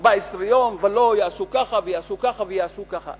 14 יום, ולא, יעשו ככה ויעשו ככה ויעשו ככה.